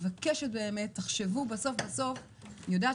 אני מבקשת באמת שתחשבו, בסוף-בסוף אני יודעת